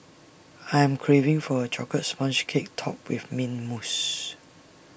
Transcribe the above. I am craving for A Chocolate Sponge Cake Topped with Mint Mousse